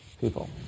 people